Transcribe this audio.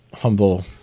humble